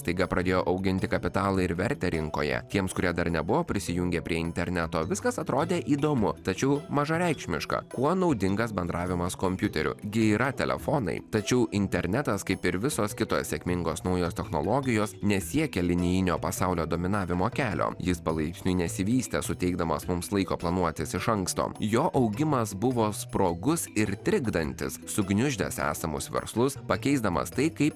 staiga pradėjo auginti kapitalą ir vertę rinkoje tiems kurie dar nebuvo prisijungę prie interneto viskas atrodė įdomu tačiau mažareikšmiška kuo naudingas bendravimas kompiuteriu gi yra telefonai tačiau internetas kaip ir visos kitos sėkmingos naujos technologijos nesiekia linijinio pasaulio dominavimo kelio jis palaipsniui nesivystė suteikdamas mums laiko planuotis iš anksto jo augimas buvo sprogus ir trikdantis sugniuždęs esamus verslus pakeisdamas tai kaip